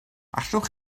allwch